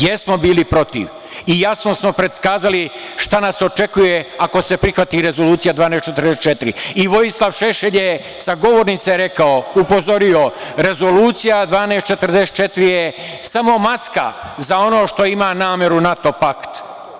Jasno smo predskazali šta nas očekuje ako se prihvati Rezolucija 1244, i Vojislav Šešelj je sa govornice rekao, upozorio, Rezolucija 1244 je samo maska za ono što ima nameru NATO pakt.